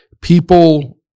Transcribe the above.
people